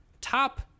top